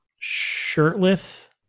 shirtless